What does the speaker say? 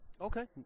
okay